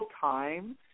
times